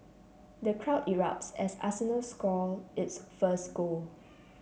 the crowd erupts as arsenal score its first goal